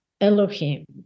Elohim